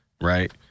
right